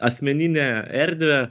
asmeninę erdvę